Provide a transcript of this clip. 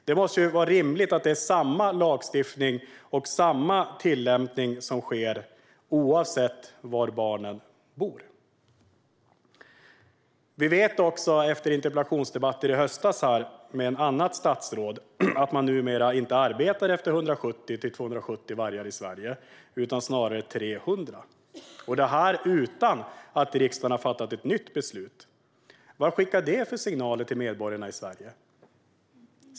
Det måste väl vara rimligt att det är samma lagstiftning och samma tillämpning som gäller oavsett var barnen bor. Vi vet också efter interpellationsdebatter i höstas här med ett annat statsråd att man numera inte arbetar efter 170-270 vargar i Sverige utan snarare 300, och detta utan att riksdagen har fattat ett nytt beslut. Vad skickar det för signaler till medborgarna i Sverige?